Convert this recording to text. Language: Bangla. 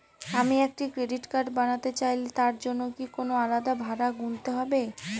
আমি একটি ক্রেডিট কার্ড বানাতে চাইলে তার জন্য কি কোনো আলাদা ভাড়া গুনতে হবে?